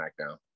SmackDown